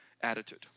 attitude